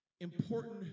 important